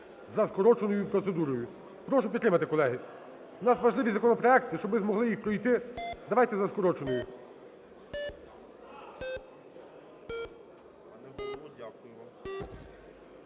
за скороченою процедурою. Прошу підтримати, колеги. В нас важливі законопроекти, щоб ми змогли їх пройти, давайте за скороченою.